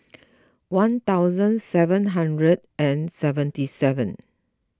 one thousand seven hundred and seventy seven